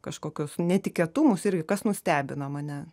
kažkokius netikėtumus irgi kas nustebina mane